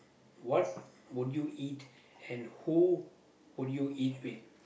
what would you eat and who would you eat with